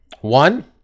One